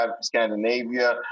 Scandinavia